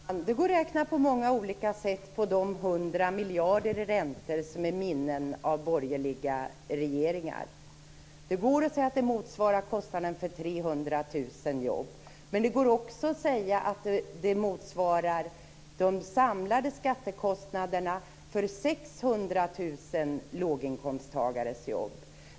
Fru talman! Det går att räkna på många olika sätt när det gäller de 100 miljarder i räntor som är minnen av borgerliga regeringar. Det går att säga att det motsvarar kostnaden för 300 000 jobb. Det går också att säga att det motsvarar de samlade skattekostnaderna för 600 000 låginkomsttagares jobb.